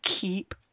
keep